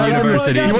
University